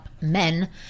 men